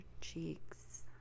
cheeks